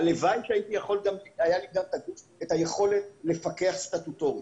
הלוואי שהיה לי גם את היכולת לפקח סטטוטורית,